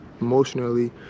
emotionally